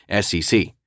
SEC